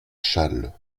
challe